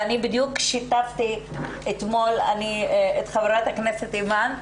אני בדיוק שיתפתי אתמול את חברת הכנסת אימאן,